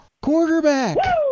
quarterback